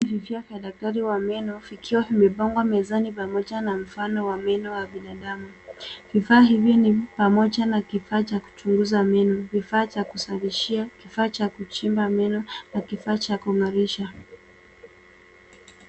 Vifaa vya daktari wa meno vikiwa vimepangwa mezani pamoja na mfano wa meno wa binadamu. Vifaa hivi ni pamoja na kifaa cha kuchunguza meno, vifaa cha kusafishia, kifaa cha kuchimba meno na kifaa cha kung'arisha.